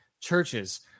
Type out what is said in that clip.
churches